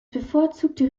bevorzugte